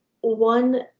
one